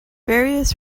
various